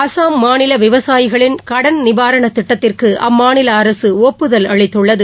அஸ்ஸாம் மாநில விவசாயிகளின் கடன் நிவாரணத் திட்டத்திற்கு அம்மாநில அரசு ஒப்புதல் அளித்த்ளளது